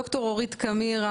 ד"ר אורית קמיר,